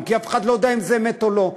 כי אף אחד לא יודע אם זו אמת או לא.